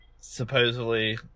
supposedly